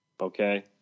okay